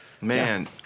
man